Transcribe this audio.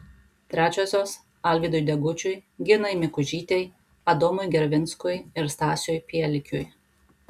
trečiosios alvydui degučiui ginai mikužytei adomui gervinskui ir stasiui pielikiui